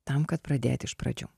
tam kad pradėt iš pradžių